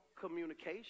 communication